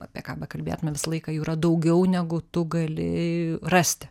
apie ką bekalbėtumėm visą laiką yra daugiau negu tu gali rasti